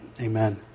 Amen